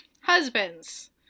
Husbands